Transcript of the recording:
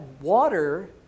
water